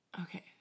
Okay